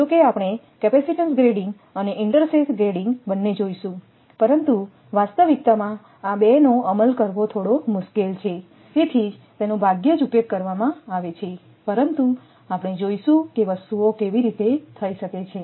જો કે આપણે કેપેસિટેન્સિસ ગ્રેડિંગ અને ઇન્ટરસેથ ગ્રેડિંગ બંને જોઈશું પરંતુ વાસ્તવિકતામાં આ 2 નો અમલ કરવો થોડો મુશ્કેલ છે તેથી જ તેનો ભાગ્યે જ ઉપયોગ કરવામાં આવે છે પરંતુ આપણે જોઈશું કે વસ્તુઓ કેવી રીતે થઈ શકે છે